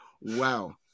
Wow